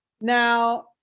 Now